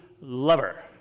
lover